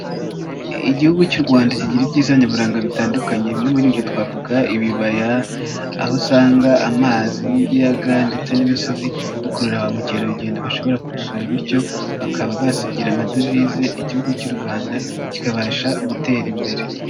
Igihugu cy'u Rwanda kigira ibyiza nyaburanga bitandukanye bimwe muri byo twavuga: ibibaya, aho usanga amazi y'ibiyaga ndetse n'imisozi bikurura ba mukerarugendo, bashobora kubisura bityo bakaba basigira amadovize Igihugu cy'u Rwanda kikabasha gutera imbere.